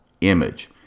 image